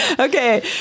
Okay